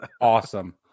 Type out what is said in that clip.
awesome